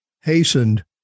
hastened